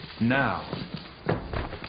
now